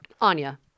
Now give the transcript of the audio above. Anya